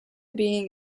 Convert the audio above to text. being